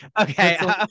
Okay